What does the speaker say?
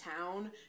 town